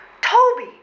Toby